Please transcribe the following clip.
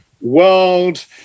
world